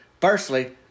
Firstly